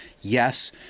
yes